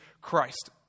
Christ